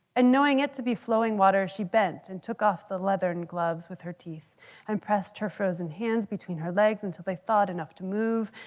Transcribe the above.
and knowing it to be flowing water, she bent and took off the leather and gloves with her teeth and pressed her frozen hands between her legs until they thawed enough to move,